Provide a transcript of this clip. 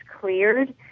cleared